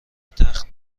تخت